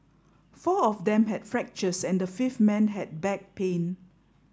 four of them had fractures and the fifth man had back pain